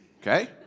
okay